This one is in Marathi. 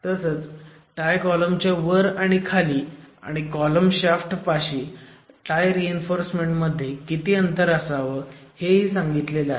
तसंच टाय कॉलमच्या वर आणि खाली आणि कॉलम शाफ्ट पाशी टाय रीइन्फोर्समेंट मध्ये किती अंतर असावं हेही सांगितले आहे